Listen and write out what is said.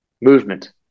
movement